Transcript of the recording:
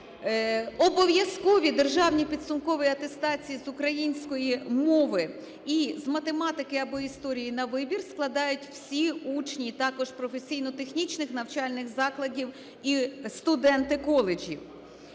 обов'язкові державні підсумкові атестації з української мови і з математики або історії на вибір складають всі учні, і також професійно-технічних навчальних закладів і студенти коледжів.